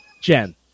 Jen